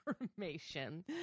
information